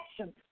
action